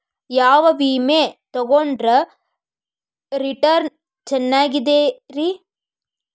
ಯಾವ ವಿಮೆ ತೊಗೊಂಡ್ರ ರಿಟರ್ನ್ ಚೆನ್ನಾಗಿದೆರಿ?